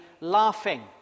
laughing